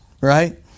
right